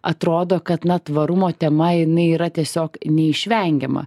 atrodo kad na tvarumo tema jinai yra tiesiog neišvengiama